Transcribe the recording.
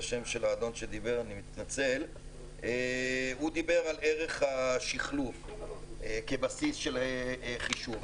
על ערך השיחלוף כבסיס לחישוב.